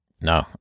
No